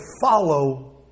follow